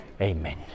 Amen